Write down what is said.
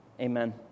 Amen